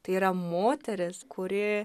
tai yra moteris kuri